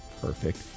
perfect